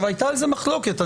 הייתה על זה מחלוקת.